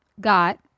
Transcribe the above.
got